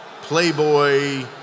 playboy